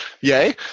yay